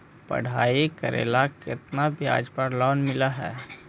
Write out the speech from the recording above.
पढाई करेला केतना ब्याज पर लोन मिल हइ?